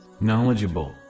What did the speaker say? knowledgeable